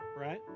right